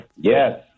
Yes